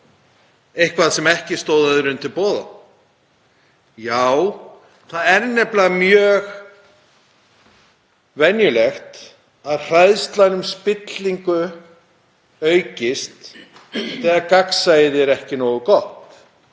eitthvað sem ekki stóð öðrum til boða. Já, það er nefnilega mjög eðlilegt að hræðsla við spillingu aukist þegar gagnsæið er ekki nógu gott.